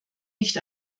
nicht